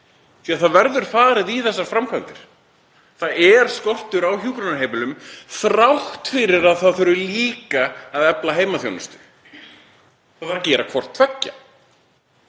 því að það verður farið í þessar framkvæmdir. Það er skortur á hjúkrunarheimilum þrátt fyrir að það þurfi líka að efla heimaþjónustu. Það þarf að gera hvort tveggja.